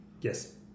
Yes